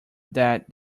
that